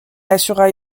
assura